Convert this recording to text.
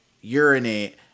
urinate